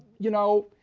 you know,